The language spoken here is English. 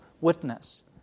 witness